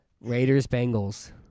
Raiders-Bengals